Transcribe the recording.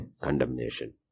condemnation